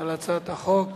על הצעת החוק